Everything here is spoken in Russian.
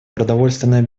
продовольственная